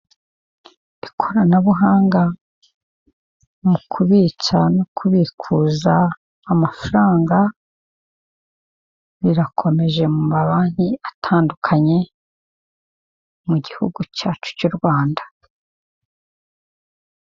Ikoranabuhanga mu kubitsa no kubikuza amafaranga, rirakomeje mu mabanki atandukanye mu gihugu cyacu cy'u Rwanda.